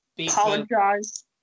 apologize